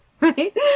right